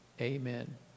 Amen